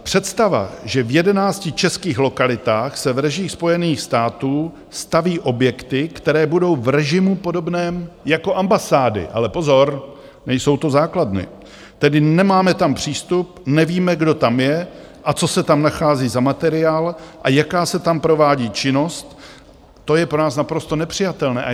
Představa, že v jedenácti českých lokalitách se v režii Spojených států staví objekty, které budou v režimu podobném jako ambasády ale pozor, nejsou to základny tedy nemáme tam přístup, nevíme, kdo tam je, co se tam nachází za materiál a jaká se tam provádí činnost, to je pro nás naprosto nepřijatelné.